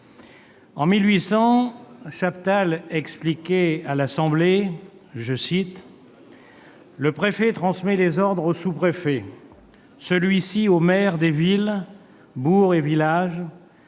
En 1800, Chaptal expliquait à l'Assemblée nationale :« Le préfet transmet les ordres au sous-préfet, celui-ci aux maires des villes, bourgs et villages,